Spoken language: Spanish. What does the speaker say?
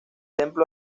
templo